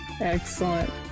Excellent